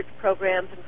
programs